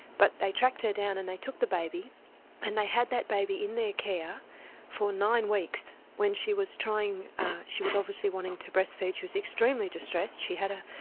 but they tracked her down and they took the baby and they had that baby in their care for nine weeks when she was trying she was obviously wanting to breast-feed, she was extremely distressed. she had a